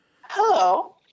hello